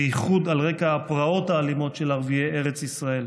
בייחוד על רקע הפרעות האלימות של ערביי ארץ ישראל.